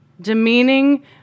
demeaning